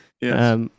Yes